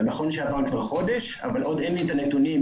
ונכון שעבר חודש אבל עוד אין לי את הנתונים